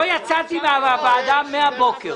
לא יצאתי מהוועדה מהבוקר.